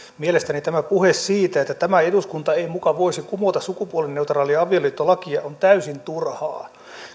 mielestäni tämä puhe siitä että tämä eduskunta ei muka voisi kumota sukupuolineutraalia avioliittolakia on täysin turhaa